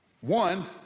One